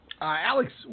Alex